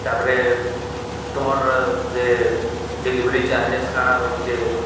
ତା'ପରେ ତୁମର୍ ସେ ଡେିଲଲିଭରି ଚାର୍ଜେସ୍ କାଣା ରହୁଚେ